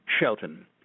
Shelton